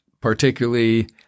particularly